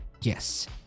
Yes